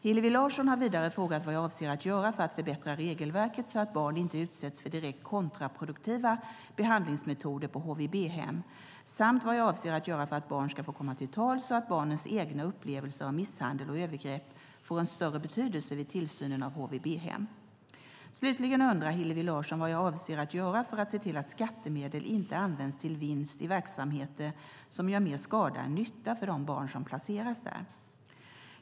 Hillevi Larsson har vidare frågat vad jag avser att göra för att förbättra regelverket så att barn inte utsätts för direkt kontraproduktiva behandlingsmetoder på HVB-hem samt vad jag avser att göra för att barn ska få komma till tals och att barnens egna upplevelser av misshandel och övergrepp får en större betydelse vid tillsynen av HVB-hem. Slutligen undrar Hillevi Larsson vad jag avser att göra för att se till att skattemedel inte används till vinst i verksamheter som gör mer skada än nytta för de barn som placeras där.